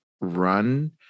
run